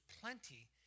plenty